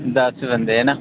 दस बन्दे हैन